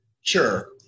Sure